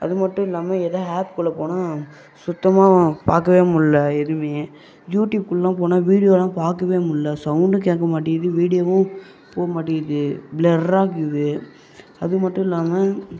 அது மட்டும் இல்லாமல் எதாவது ஆப் உள்ள போனால் சுத்தமாக பார்க்கவே முடில்ல எதுவுமே யூட்டீப் உள்ளலாம் போனால் வீடியோலாம் பார்க்கவே முடில்ல சௌண்ட்டும் கேட்க மாட்டேங்குது வீடியோவும் போக மாட்டேங்குது ப்ளர்றாக ஆகுது அது மட்டும் இல்லாமல்